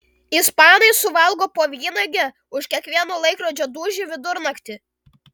ispanai suvalgo po vynuogę už kiekvieną laikrodžio dūžį vidurnaktį